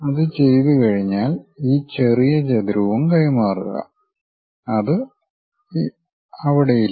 അത് ചെയ്തുകഴിഞ്ഞാൽ ഈ ചെറിയ ചതുരവും കൈമാറുക അത് അവിടെ ഇല്ല